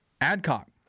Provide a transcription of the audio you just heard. Adcock